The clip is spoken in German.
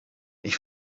ich